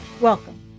Welcome